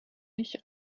nicht